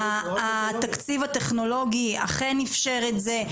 התקציב הטכנולוגי אכן אפשר את זה,